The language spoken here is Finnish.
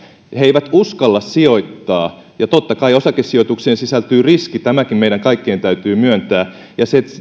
he he eivät uskalla sijoittaa totta kai osakesijoitukseen sisältyy riski tämäkin meidän kaikkien täytyy myöntää ja se